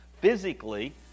physically